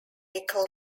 nickel